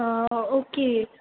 okay